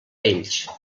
ells